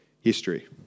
history